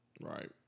right